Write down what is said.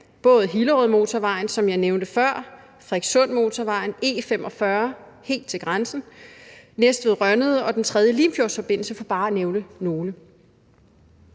både Hillerødmotorvejen, som jeg nævnte før, Frederikssundmotorvejen, E45, helt til grænsen, Næstved-Rønnede og den tredje Limfjordsforbindelse, for bare at nævne nogle.